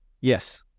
Yes